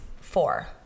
Four